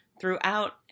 throughout